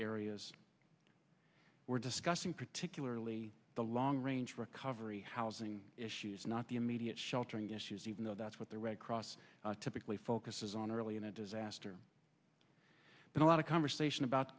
areas we're discussing particularly the long range recovery housing issues not the immediate sheltering issues even though that's what the red cross typically focuses on early in a disaster and a lot of conversation about